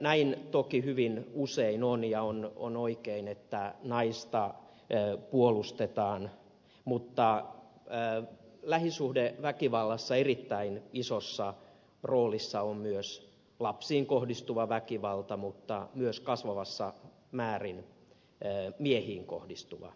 näin toki hyvin usein on ja on oikein että naista puolustetaan mutta lähisuhdeväkivallassa erittäin isossa roolissa on myös lapsiin kohdistuva väkivalta mutta myös kasvavassa määrin miehiin kohdistuva väkivalta